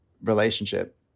relationship